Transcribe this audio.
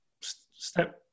step